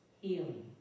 healing